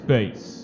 Space